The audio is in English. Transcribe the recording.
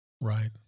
right